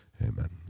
Amen